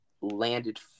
landed